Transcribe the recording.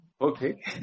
okay